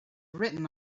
written